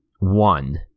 one